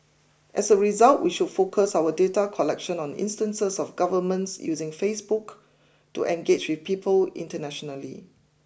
as a result we should focus our data collection on instances of governments using Facebook to engage with people internationally